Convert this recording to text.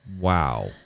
Wow